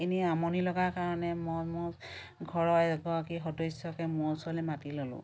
এনেই আমনি লগা কাৰণে মই মোৰ ঘৰৰ এগৰাকী সদস্য়কে মোৰ ওচৰলৈ মাতি ল'লোঁ